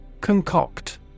Concoct